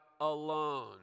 alone